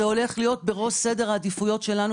זה הולך להיות בראש סדר העדיפויות שלנו